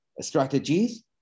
strategies